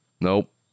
nope